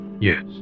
Yes